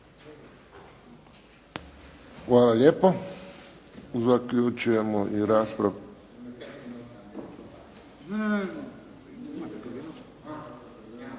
Hvala lijepo. Zaključujemo raspravu